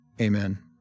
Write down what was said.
amen